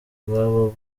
iwabo